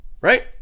right